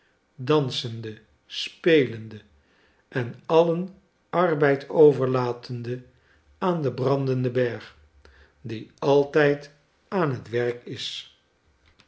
dansende spelende en alien arbeid overlatende aan den brandenden berg die altijd aan het werk is